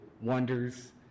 wonders